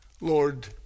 Lord